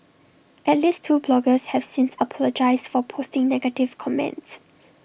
at least two bloggers have since apologised for posting negative comments